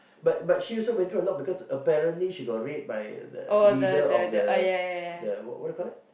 but but she also went through a lot because apparently she got raped by the leader of the the what do you call that